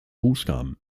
buchstaben